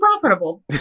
profitable